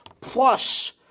Plus